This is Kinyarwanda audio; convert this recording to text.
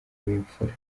w’imfura